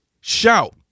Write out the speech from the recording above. shout